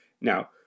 Now